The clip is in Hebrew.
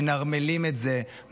מנרמלים את זה,